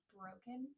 broken